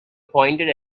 pointed